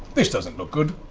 this doesn't look good.